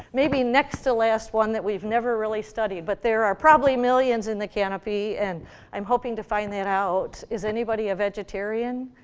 maybe next to last one that we've never really studied, but there are probably millions in the canopy, and i'm hoping to find that out. is anybody a vegetarian?